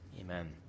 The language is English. Amen